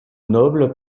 nobles